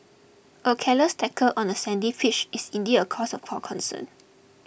a careless tackle on a sandy pitch is indeed a cause for concern